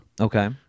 okay